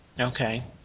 Okay